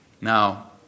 Now